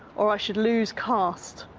or i should lose caste.